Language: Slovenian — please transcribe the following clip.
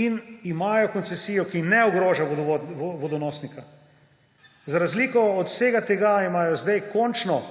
in imajo koncesijo, ki ne ogroža vodonosnika. Za razliko od vsega tega imajo zdaj končno